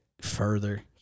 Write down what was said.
further